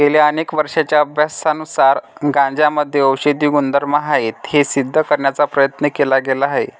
गेल्या अनेक वर्षांच्या अभ्यासानुसार गांजामध्ये औषधी गुणधर्म आहेत हे सिद्ध करण्याचा प्रयत्न केला गेला आहे